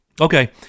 Okay